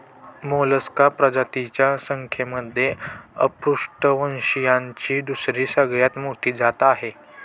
Mollusca प्रजातींच्या संख्येमध्ये अपृष्ठवंशीयांची दुसरी सगळ्यात मोठी जात आहे